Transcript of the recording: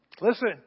Listen